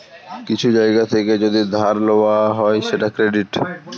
কিছু জায়গা থেকে যদি ধার লওয়া হয় সেটা ক্রেডিট